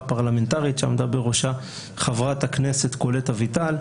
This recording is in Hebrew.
פרלמנטרית שעמדה בראשה חברת הכנסת קולט אביטל.